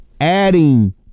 adding